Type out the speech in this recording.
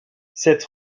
cette